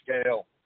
scale